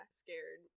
scared